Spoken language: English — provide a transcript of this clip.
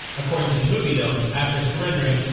according to the movie, though, after surrendering,